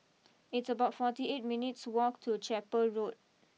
it's about forty eight minutes walk to Chapel Road